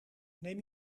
neem